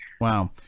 Wow